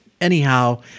Anyhow